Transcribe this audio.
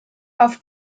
auf